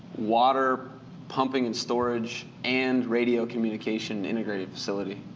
water pumping and storage and radio communication integrated facility.